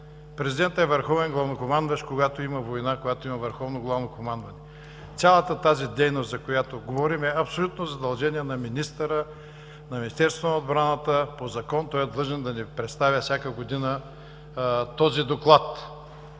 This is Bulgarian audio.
Президентът е върховен главнокомандващ, когато има война, когато има върховно главно командване.“ Цялата дейност, за която говорим, е абсолютно задължение на министъра, на Министерство на отбраната. По закон той е длъжен да ни представя всяка година този Доклад.